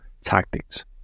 tactics